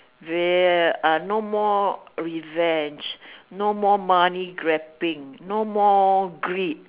ver~ ah no more revenge no more money grabbing no more greed